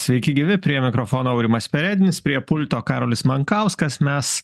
sveiki gyvi prie mikrofono aurimas perednis prie pulto karolis mankauskas mes